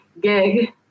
gig